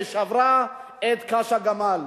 ששברה את גב הגמל.